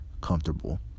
comfortable